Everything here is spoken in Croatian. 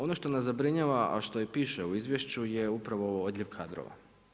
Ono što nas zabrinjava, a što piše u izvješću je upravo ovo odljev kadrova.